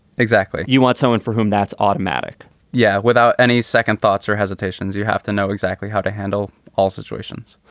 exactly. you want someone for whom that's automatic yeah. without any second thoughts or hesitations, you have to know exactly how to handle all situations.